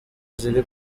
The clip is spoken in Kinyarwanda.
ziri